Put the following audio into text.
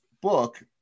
book